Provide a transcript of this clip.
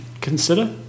consider